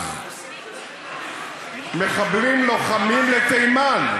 מחבלים לוחמים לתימן,